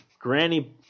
granny